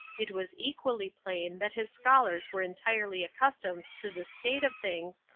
it was equally plain that his scholars were entirely accustomed to this state of things,